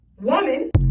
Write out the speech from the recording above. woman